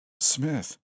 Smith